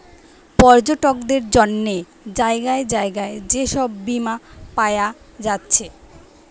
পর্যটকদের জন্যে জাগায় জাগায় যে সব বীমা পায়া যাচ্ছে